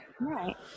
right